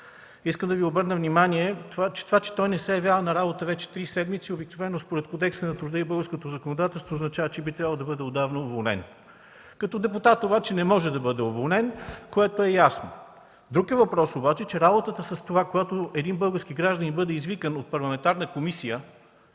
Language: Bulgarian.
Искам да обърна внимание върху следното. Това, че той не се явява на работа вече три седмици, обикновено според Кодекса на труда и българското законодателство означава, че отдавна би трябвало да бъде уволнен. Като депутат обаче не може да бъде уволнен, което е ясно. Друг е въпросът обаче, че когато един български гражданин бъде извикан от парламентарна комисия,